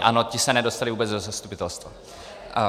Ano, ti se nedostali vůbec do zastupitelstva.